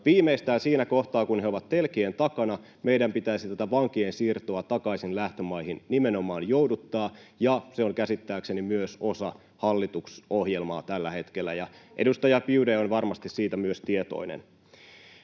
Viimeistään siinä kohtaa, kun he ovat telkien takana, meidän pitäisi tätä vankien siirtoa takaisin lähtömaihin nimenomaan jouduttaa, ja se on käsittääkseni myös osa hallitusohjelmaa tällä hetkellä. [Eva Biaudet’n välihuuto] — Ja edustaja Biaudet on varmasti siitä myös tietoinen.